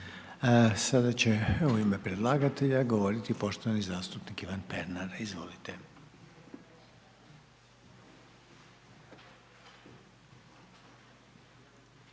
Sada će u ime predlagatelja govoriti poštovani zastupnik Ivan Pernar, izvolite.